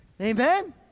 Amen